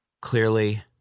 Clearly